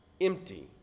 empty